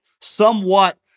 somewhat